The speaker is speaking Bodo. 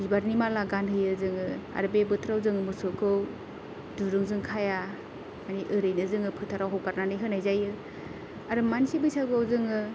बिबारनि माला गानहोयो जोङो आरो बे बोथोराव जोङो मोसौखौ दुरुंजों खाया मानि ओरैनो जोङो फोथाराव हगारनानै होनाय जायो आरो मानसि बैसागुआव जोङो